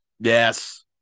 Yes